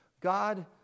God